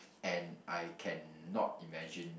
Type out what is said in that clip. and I cannot imagine